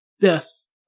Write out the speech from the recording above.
death